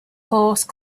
horse